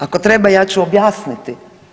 Ako treba ja ću objasniti.